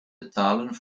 betalen